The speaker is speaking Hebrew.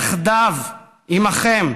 יחדיו עימכם,